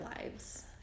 lives